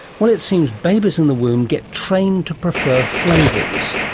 well, it seems babies in the womb get trained to prefer flavours.